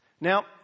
Now